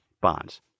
bonds